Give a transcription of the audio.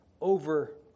over